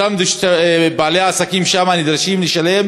אותם בעלי עסקים שם נדרשים לשלם